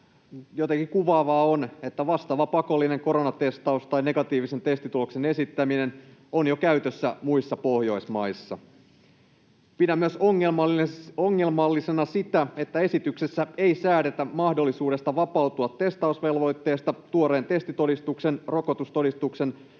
Jotenkin kuvaavaa on, että vastaava pakollinen koronatestaus tai negatiivisen testituloksen esittäminen on jo käytössä muissa Pohjoismaissa. Pidän ongelmallisena myös sitä, että esityksessä ei säädetä mahdollisuudesta vapautua testausvelvoitteesta tuoreen testitodistuksen, rokotustodistuksen